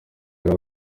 yari